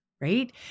right